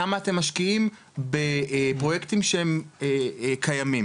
כמה אתם משקיעים בפרויקטים שהם קיימים.